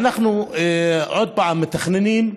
ואנחנו עוד פעם מתכננים,